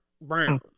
brown